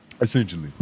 essentially